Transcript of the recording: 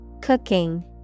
Cooking